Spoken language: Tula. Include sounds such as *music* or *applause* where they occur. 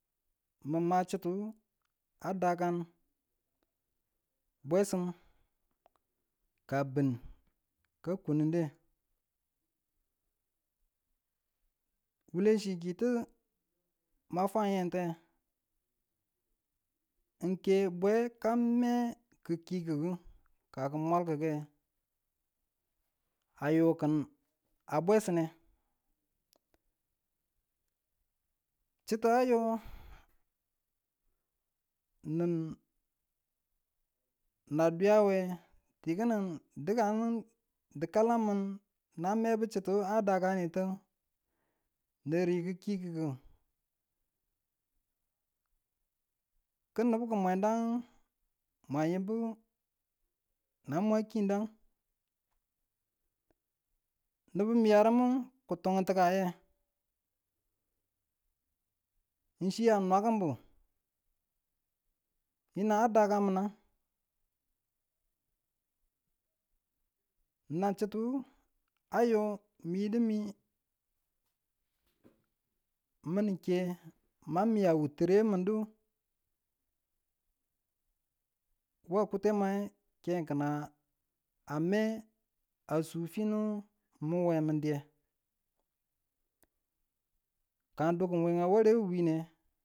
Mu ma chituwu ad akan bwesim ka bun ka kunude wule chi̱kitu ma fwayen te, n ke bwe ka me ki kikiku ka mwalke ayoki a bwesime, chita yo nin nan na duyawe ti̱kini dukanu dikaleng mun nan bebu chutu nan dakanitu nire ki̱ kikiku, ki̱ nibu ki̱ mwedang mwa yinbu nan mwan kindang, nibu miyaru ki tun ti kaye yichimakumbu yinan dakaminang, nanchitu a yo mi yidu mi *noise* mun ni ke ma maya wutere mundu wa ki̱tange ke kina a me a su finu mun we diye ka dukki̱n we warewu.